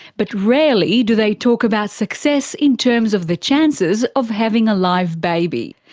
but rarely do they talk about success in terms of the chances of having a live baby.